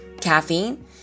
caffeine